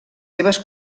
seves